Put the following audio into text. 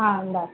ஆ இந்தாங்க